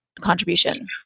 contribution